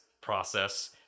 process